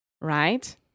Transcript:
right